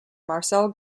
marcel